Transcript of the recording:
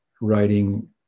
writing